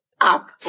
Up